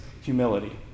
humility